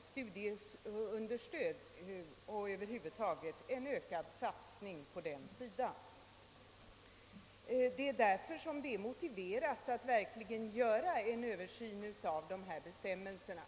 studieunderstöd — på den sidan har det ju över huvud taget skett en ökad satsning. Det är därför motiverat att verkligen göra en Översyn av bestämmelserna.